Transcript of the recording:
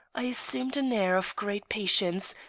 i assumed an air of great patience,